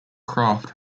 craft